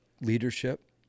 leadership